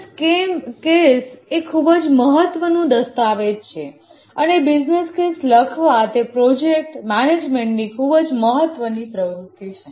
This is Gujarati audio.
બિઝનેસ કેસ એ ખૂબ જ મહત્ત્વનું દસ્તાવેજ છે અને બિઝનેસ કેસ લખવા તે પ્રોજેક્ટ મેનેજમેન્ટની ખૂબ મહત્વની પ્રવૃત્તિ છે